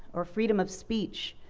or freedom of speech.